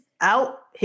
out